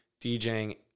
DJing